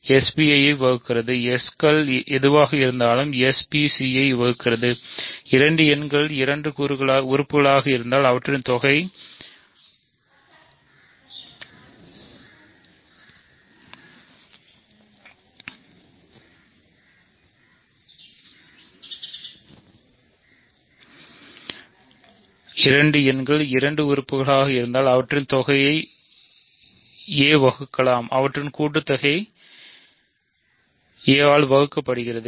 ஒரு sbc ஐ வகுக்கிறது s கள் எதுவாக இருந்தாலும் sb c ஐ வகுக்கிறது இரண்டு எண்கள் இரண்டு உறுப்புகளாக இருந்தால் அவற்றின் கூட்டுத் தொகையை ஒரு வகுக்கலாம் அவற்றின் கூட்டுத்தொகையும் ஒரு வகுக்கப்படுகிறது